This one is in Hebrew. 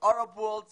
להרבה דברים חשובים,